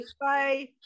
Bye